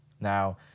Now